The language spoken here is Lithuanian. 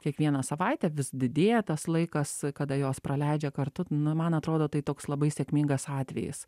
kiekvieną savaitę vis didėja tas laikas kada jos praleidžia kartu na man atrodo tai toks labai sėkmingas atvejis